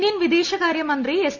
Indian വിദേശകാരൃ മന്ത്രി S